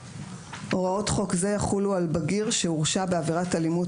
הוראות חוק זה יחולו על בגיר שהורשע בעבירת אלימות